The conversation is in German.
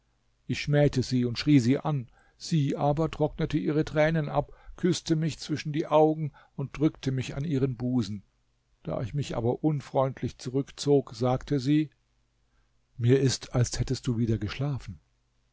ich schmähte sie und schrie sie an sie aber trocknete ihre tränen ab küßte mich zwischen die augen und drückte mich an ihren busen da ich mich aber unfreundlich zurückzog sagte sie mir ist als hättest du wieder geschlafen